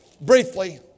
briefly